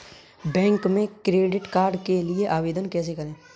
Bank में credit card के लिए आवेदन कैसे करें?